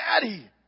Daddy